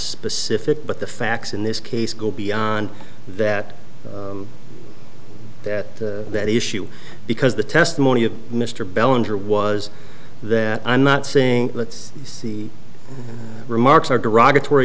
specific but the facts in this case go beyond that that that issue because the testimony of mr bell and her was that i'm not saying let's see remarks are derogatory